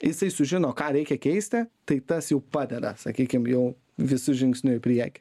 jisai sužino ką reikia keisti tai tas jau padeda sakykim jau visu žingsniu į priekį